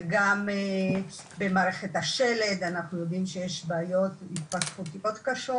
גם במערכת השלד אנחנו יודעים שיש בעיות התפתחותיות קשות.